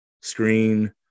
screen